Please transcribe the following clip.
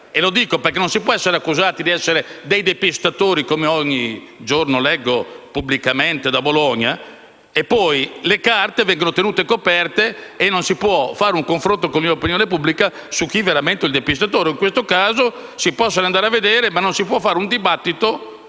Lo dico perché non si può essere accusati di essere dei depistatori, come ogni giorno leggo pubblicamente da Bologna. Le carte vengono tenute coperte e non si può fare un confronto con l'opinione pubblica su chi è veramente il depistatore. In questo caso si possono andare a vedere, ma non si può fare un dibattito,